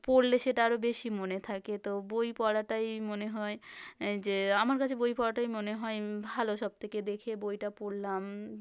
পড়লে সেটা আরো বেশি মনে থাকে তো বই পড়াটাই মনে হয় যে আমার কাছে বই পড়াটাই মনে হয় ভালো সবথেকে দেখে বইটা পড়লাম